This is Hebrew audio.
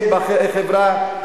אם בחברה,